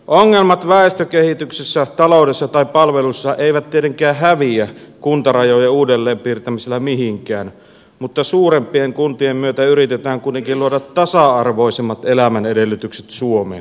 ongelmat väestönkehityksessä taloudessa tai palveluissa eivät tietenkään häviä kuntarajojen uudelleenpiirtämisellä mihinkään mutta suurempien kuntien myötä yritetään kuitenkin luoda tasa arvoisemmat elämän edellytykset suomeen